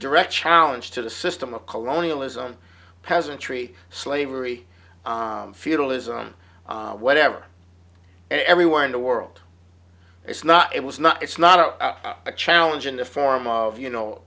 direct challenge to the system of colonialism peasantry slavery feudalism whatever and everywhere in the world it's not it was not it's not a challenge in the form of you know